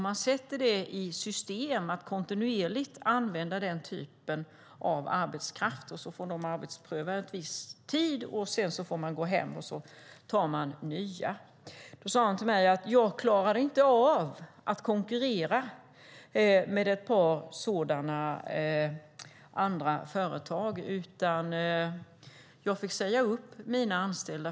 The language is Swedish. Man hade satt i system att kontinuerligt använda den typen av arbetskraft, som fick arbetspröva en viss tid och sedan gå hem igen medan arbetsgivaren tog in nya. Han sade till mig: Jag klarar inte av att konkurrera med sådana företag, utan jag fick säga upp mina anställda.